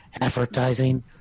advertising